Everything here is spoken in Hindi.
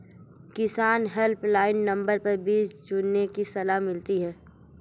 किसान हेल्पलाइन नंबर पर बीज चुनने की सलाह मिलती है